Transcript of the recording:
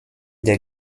der